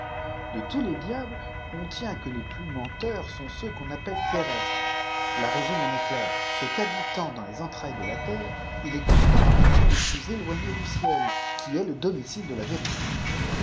de tous les diables on tient que les plus menteurs sont ceux qu'on appelle terrestre la raison en est claire c'est qu'habitant dam les entrailles de la terre il est constant qu'ils sont tes pjus éloignés du ciel qui est le domicile de la vérité